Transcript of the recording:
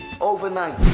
Overnight